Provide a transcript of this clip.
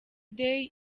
day